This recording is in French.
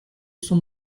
son